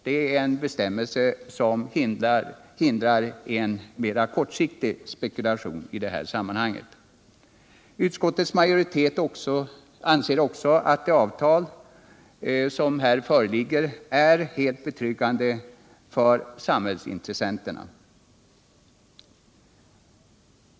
Det är en bestämmelse som hindrar en mera kortsiktig spekulation i detta sammanhang. Utskottets majoritet anser att det avtal som föreligger är helt betryggande för samhällsintressenterna.